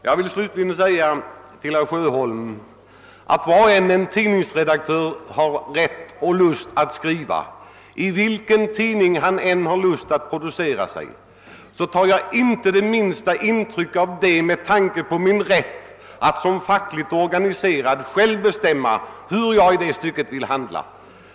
Jag vill slutligen säga till herr Sjöholm att vad en tidningsredaktör än har lust att skriva och i vilken tidning han än har lust att producera sig tar jag inte det minsta intryck av hans uppfattning när det gäller min rätt att som fackligt organiserad själv bestämma hur jag vill handla.